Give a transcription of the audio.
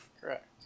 Correct